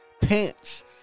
Pants